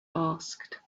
asked